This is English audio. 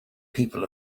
people